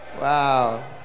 Wow